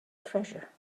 treasure